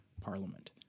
parliament